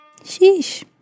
Sheesh